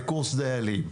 לקורס דיילים,